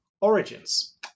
origins